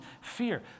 fear